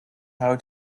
how